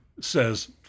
says